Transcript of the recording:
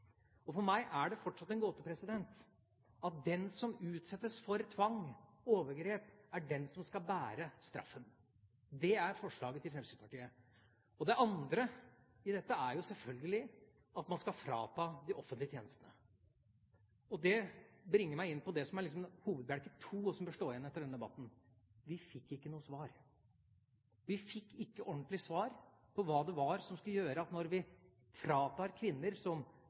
For meg er det fortsatt en gåte at den som utsettes for tvang og overgrep, er den som skal bære straffen. Det er forslaget til Fremskrittspartiet. Det andre i dette er jo selvfølgelig at man skal fratas de offentlige tjenestene. Det bringer meg inn på det som liksom er hovedbjelke 2, og som bør stå igjen etter denne debatten: Vi fikk ikke noe svar – vi fikk ikke ordentlig svar når det gjelder det å skulle